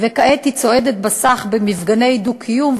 וכעת היא צועדת בסך במפגני דו-קיום,